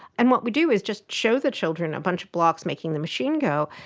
and what we do is just show the children a bunch of blocks making the machine go,